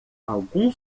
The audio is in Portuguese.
algum